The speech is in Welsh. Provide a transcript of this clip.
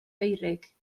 feurig